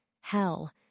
hell